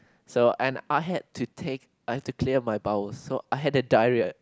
so and I had to take I have to clear my bowels so I had the diarrhoea